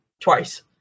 twice